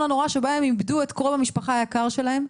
הנורא שבו איבדו את קרוב המשפחה היקר שלהם,